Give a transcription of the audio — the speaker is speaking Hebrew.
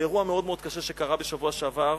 לאירוע מאוד מאוד קשה שקרה בשבוע שעבר,